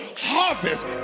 Harvest